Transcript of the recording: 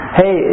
hey